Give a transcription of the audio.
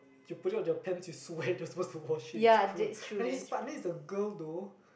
you put it on your pants you sweat you're supposed to wash it it's gross and his partner is a girl though